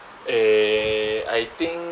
eh I think